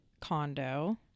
condo